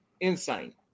insane